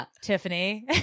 Tiffany